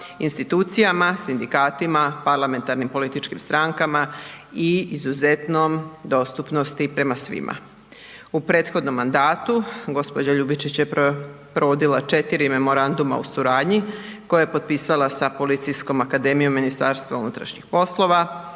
institucijama, sindikatima, parlamentarnim političkim strankama i izuzetnoj dostupnosti prema svima. U prethodnom mandatu gđa. Ljubičić je provodila 4 memoranduma o suradnji koje je potpisala sa Policijskom akademijom MUP-a, Pravnom